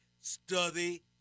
study